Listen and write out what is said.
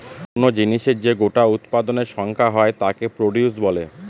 কোন জিনিসের যে গোটা উৎপাদনের সংখ্যা হয় তাকে প্রডিউস বলে